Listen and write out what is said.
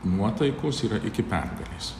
nuotaikos yra iki pergalės